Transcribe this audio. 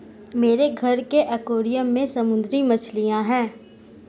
मेरे घर के एक्वैरियम में समुद्री मछलियां हैं